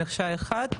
כמקשה אחת.